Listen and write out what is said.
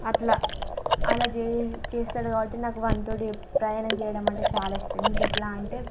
అట్లా అలా చే చేస్తాడు కాబట్టి నాకు వానితో ఎప్ ప్రయాణం చేయడం అంటే చాలా ఇష్టం ఇంకెట్లా అంటే